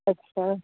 अच्छा